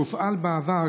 שהופעל בעבר,